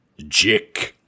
Jick